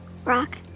rock